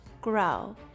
grow